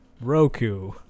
roku